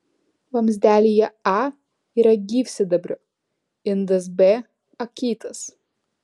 vamzdelyje a yra gyvsidabrio indas b akytas